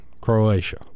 Croatia